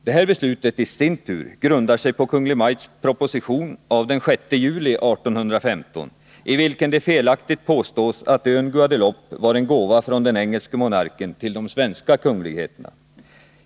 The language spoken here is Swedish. Det beslutet grundade sig i sin tur på Kungl. Maj:ts proposition av den 6 juli 1815, i vilken det felaktigt påstås att ön Guadeloupe var en gåva från den engelske monarken till de svenska kungligheterna.